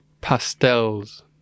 pastels